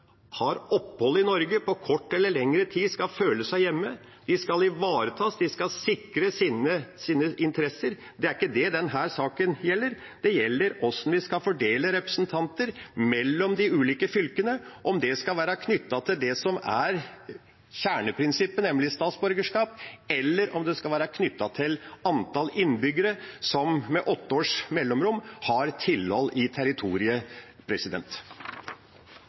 skal ivaretas, de skal sikres sine interesser. Det er ikke det denne saken gjelder, den gjelder hvordan vi skal fordele representanter mellom de ulike fylkene – om det skal være knyttet til det som er kjerneprinsippet, nemlig statsborgerskap, eller om det skal være knyttet til antall innbyggere som – med åtte års mellomrom – har tilhold i territoriet.